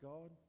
God